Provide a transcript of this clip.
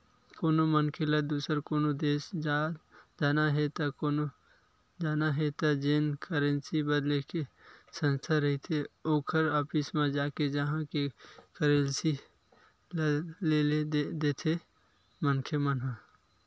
कोनो मनखे ल दुसर कोनो देस जाना हे त जेन करेंसी बदले के संस्था रहिथे ओखर ऑफिस म जाके उहाँ के करेंसी ल ले लेथे मनखे मन ह